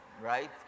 right